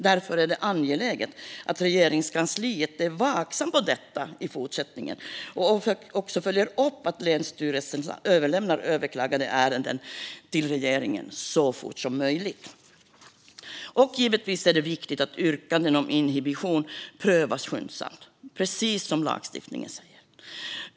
Därför är det angeläget att Regeringskansliet är vaksamt på detta i fortsättningen och följer upp att länsstyrelserna överlämnar överklagade ärenden till regeringen så fort som möjligt. Givetvis är det viktigt att yrkanden om inhibition prövas skyndsamt, precis som lagstiftningen säger.